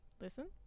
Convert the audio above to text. Listen